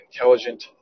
intelligent